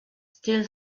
still